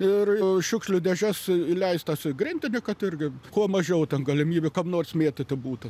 ir šiukšlių dėžes įleistas į grindinį kad irgi kuo mažiau galimybių kam nors mėtyti būtų